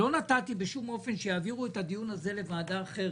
לא נתתי בשום אופן שיעבירו את הדיון הזה לוועדה אחרת.